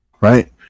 right